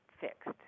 fixed